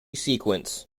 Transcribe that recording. sequence